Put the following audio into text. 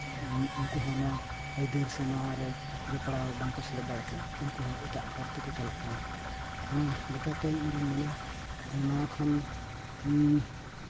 ᱩᱱᱠᱩ ᱦᱚᱸ ᱱᱚᱣᱟ ᱟᱹᱭᱫᱟᱹᱨ ᱥᱮ ᱱᱚᱣᱟ ᱨᱮ ᱡᱚᱯᱲᱟᱣ ᱵᱟᱝᱠᱚ ᱥᱮᱞᱮᱫ ᱫᱟᱲᱮᱜ ᱠᱟᱱᱟ ᱩᱱᱠᱩ ᱦᱚᱸ ᱮᱴᱟᱜ ᱦᱚᱨ ᱛᱮᱠᱚ ᱪᱟᱞᱟᱜ ᱠᱟᱱᱟ ᱚᱱᱟ ᱞᱮᱠᱟᱛᱮ ᱤᱧ ᱫᱩᱧ ᱢᱮᱱᱟ ᱱᱚᱣᱟ ᱠᱷᱚᱱ